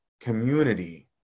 community